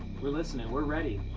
we're listening. we're ready.